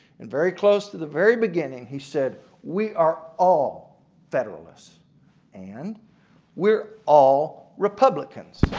and very close to the very beginning he said we are all federalists and we are all republicans.